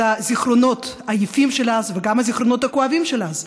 את הזיכרונות היפים של אז וגם את הזיכרונות הכואבים של אז.